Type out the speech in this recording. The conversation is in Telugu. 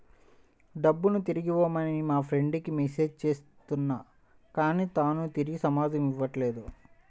డబ్బుని తిరిగివ్వమని మా ఫ్రెండ్ కి మెసేజ్ చేస్తున్నా కానీ తాను తిరిగి సమాధానం ఇవ్వట్లేదు